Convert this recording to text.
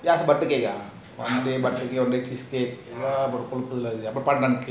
yes but okay ya